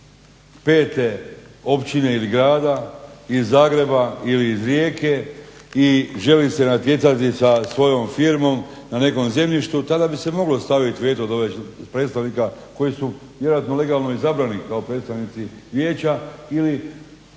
pete općine ili grada ili iz Zagreba ili Rijeke i želi se natjecati sa svojom firmom na nekom zemljištu tada bi se moglo staviti veto … predstavnika koji su vjerojatno legalno izabrani kao predstavnici vijeća ili